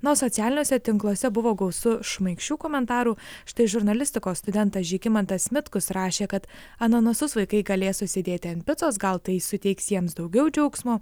nors socialiniuose tinkluose buvo gausu šmaikščių komentarų štai žurnalistikos studentas žygimantas mitkus rašė kad ananasus vaikai galės užsidėti ant picos gal tai suteiks jiems daugiau džiaugsmo